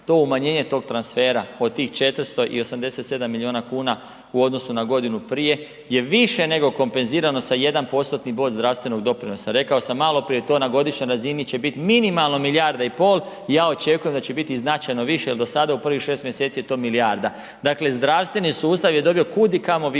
to umanjenje tog transfera od tih 487 milijuna kuna u odnosu na godinu prije je više nego kompenzirano sa 1%-tni bod zdravstvenog doprinosa. Rekao sam maloprije to na godišnjoj razini će biti minimalno milijarda i pol i ja očekujem da će biti i značajno više jel do sada u prvih 6 mjeseci je to milijarda. Dakle zdravstveni sustav je dobio kudikamo više.